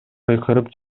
кыйкырып